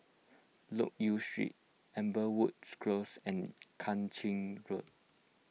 Loke Yew Street Amberwoods Close and Kang Ching Road